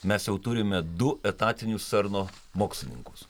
mes jau turime du etatinius cerno mokslininkus